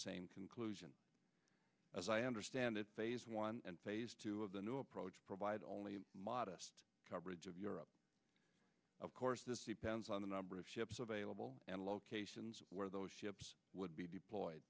same conclusion as i understand it phase one phase two of the new approach provide only modest coverage of europe of course this depends on the number of ships available and locations where those ships would be deployed